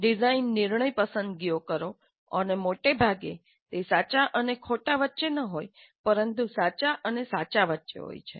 design નિર્ણય પસંદગીઓ કરો અને મોટેભાગે તે સાચા અને ખોટા વચ્ચે ન હોય પરંતુ સાચા અને સાચા વચ્ચે હોય છે